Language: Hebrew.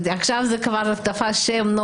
עכשיו זה כבר תפס שם אחר,